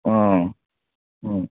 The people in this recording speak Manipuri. ꯑꯥ ꯎꯝ